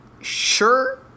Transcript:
sure